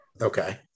Okay